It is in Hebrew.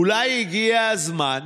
אולי הגיע הזמן,